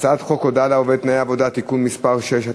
הצעת חוק הודעה לעובד (תנאי עבודה) (תיקון מס' 6),